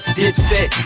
dipset